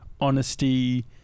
honesty